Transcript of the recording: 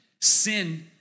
Sin